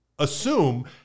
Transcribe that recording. Assume